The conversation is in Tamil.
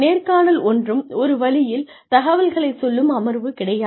நேர்காணல் ஒன்றும் ஒரு வழியில் தகவல்களைச் சொல்லும் அமர்வு கிடையாது